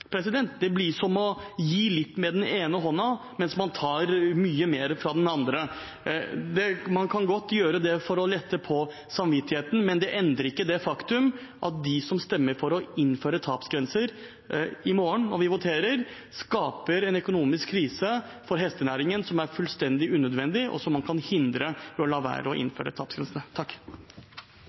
Det blir som å gi litt med den ene hånden mens man tar mye mer med den andre. Man kan godt gjøre det for å lette på samvittigheten, men det endrer ikke det faktum at de som stemmer for å innføre tapsgrenser i morgen, når vi voterer, skaper en økonomisk krise for hestenæringen som er fullstendig unødvendig, og som man kan hindre ved å la være å innføre tapsgrensene.